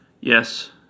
Yes